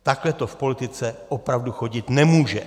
Takhle to v politice opravdu chodit nemůže.